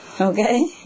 okay